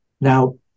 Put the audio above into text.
Now